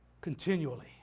continually